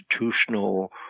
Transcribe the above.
institutional